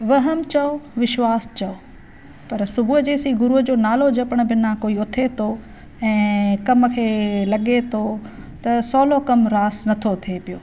वहम चओ विश्वास चओ पर सुबुहु जेसी गुरूअ जो नालो जपण बिना कोई उथे थो ऐं कम खे लॻे थो त सहुलो कमु रास नथो थिए पियो